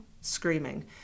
screaming